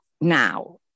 now